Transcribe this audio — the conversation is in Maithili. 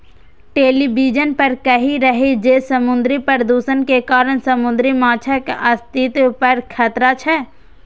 टेलिविजन पर कहै रहै जे समुद्री प्रदूषण के कारण समुद्री माछक अस्तित्व पर खतरा छै